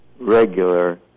regular